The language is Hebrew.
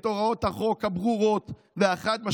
את הוראות החוק הברורות והחד-משמעיות.